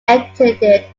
attended